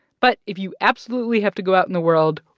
but if you absolutely have to go out in the world,